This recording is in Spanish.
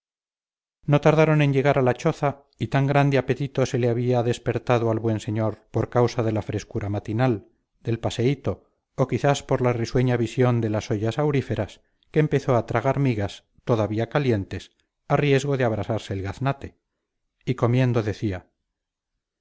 no tardaron en llegar a la choza y tan grande apetito se le había despertado al buen señor por causa de la frescura matinal del paseíto o quizás por la risueña visión de las ollas auríferas que empezó a tragar migas todavía calientes a riesgo de abrasarse el gaznate y comiendo decía